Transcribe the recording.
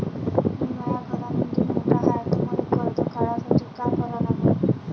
मी माया घरामंदी मोठा हाय त मले कर्ज काढासाठी काय करा लागन?